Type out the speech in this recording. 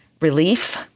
relief